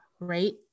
right